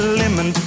lemon